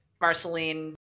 Marceline